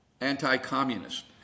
anti-communist